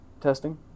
Testing